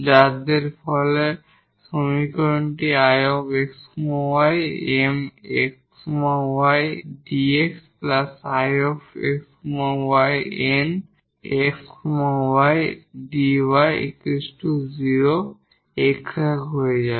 যাতে ফলে সমীকরণ 𝐼 𝑥 𝑦 𝑀 𝑥 𝑦 𝑑𝑥 𝐼 𝑥 𝑦 𝑁 𝑥 𝑦 𝑑𝑦 0 এক্সাট হয়ে যায়